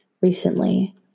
recently